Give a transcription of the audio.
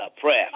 prayer